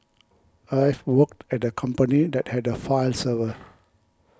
I've worked at a company that had a file server